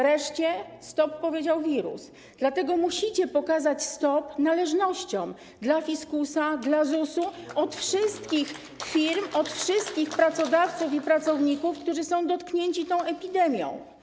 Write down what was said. Reszcie to wirus powiedział: stop, dlatego musicie pokazać: stop należnościom dla fiskusa, dla ZUS-u od wszystkich firm, od wszystkich pracodawców i pracowników, którzy są dotknięci tą epidemią.